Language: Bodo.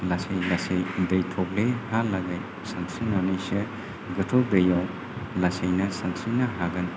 लासै लासै दै थब्लेहालागै सानस्रिनानैसो गोथौ दैयाव लासैनो सानस्रिनो हागोन